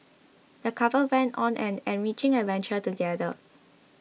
the couple went on an enriching adventure together